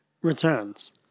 Returns